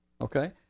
Okay